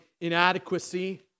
inadequacy